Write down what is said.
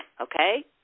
Okay